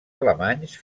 alemanys